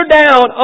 down